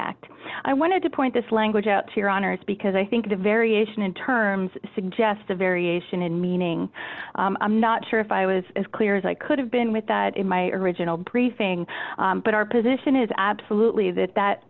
act i wanted to point this language out to your honor's because i think the variation in terms suggests a variation in meaning i'm not sure if i was as clear as i could have been with that in my original briefing but our position is absolutely that that